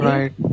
Right